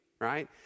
right